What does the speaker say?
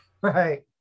right